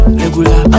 regular